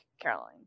Caroline